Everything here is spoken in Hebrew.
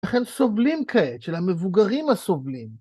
איך הם סובלים כעת, של המבוגרים הסובלים.